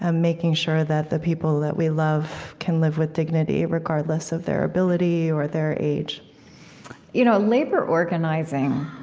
um making sure that the people that we love can live with dignity, regardless of their ability or their age you know labor organizing